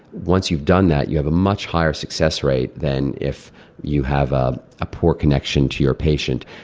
once you've done that you have a much higher success rate than if you have a a poor connection to your patient.